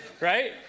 Right